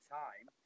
time